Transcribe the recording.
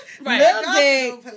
Right